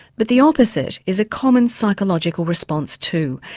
but the opposite is a common psychological response too,